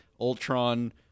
Ultron